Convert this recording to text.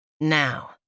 Now